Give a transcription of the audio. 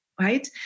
right